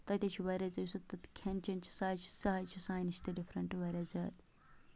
تَتہِ حظ چھُ واریاہ زیادٕ یُس تَتہِ کھٮ۪ن چٮ۪ن چھُ سُہ حظ چھِ سہ حظ چھِ سانہِ نِش تہِ ڈِفرَنٹ واریاہ زیادٕ